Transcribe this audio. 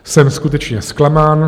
Jsem skutečně zklamán.